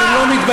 אתם לא מתביישים?